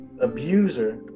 abuser